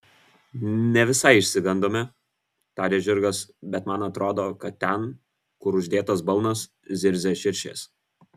ne visai išsigandome tarė žirgas bet man atrodo kad ten kur uždėtas balnas zirzia širšės